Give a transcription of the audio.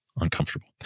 uncomfortable